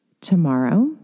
Tomorrow